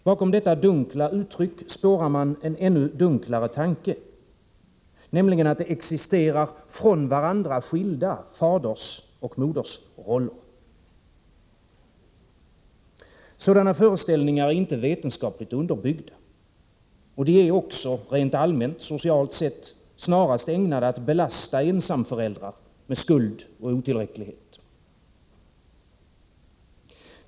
Bakom detta dunkla uttryck kan spåras en ännu dunklare tanke, nämligen att det existerar från varandra skilda fadersoch modersroller. Sådana föreställningar är inte vetenskapligt underbyggda. De är också rent allmänt, socialt sett, snarast ägnade att belasta ensamföräldrar med skuld och otillräcklighet.